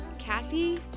Kathy